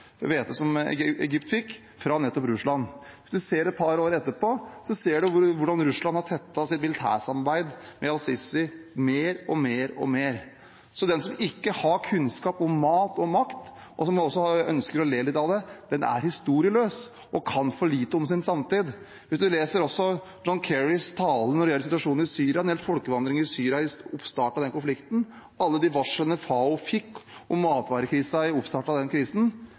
fra nettopp Russland. Og det en ser et par år etterpå, er at Russland har et tettere og tettere militært samarbeid med al-Sisi. Så den som ikke har kunnskap om mat og makt, og som også ønsker å le litt av det, er historieløs og kan for lite om sin samtid. Hvis man leser John Kerrys tale om situasjonen i Syria og folkevandringen der ved oppstarten av konflikten, og ser på alle varslene FAO, FNs organisasjon for ernæring og landbruk, fikk om matvarekrisen ved oppstarten av den krisen,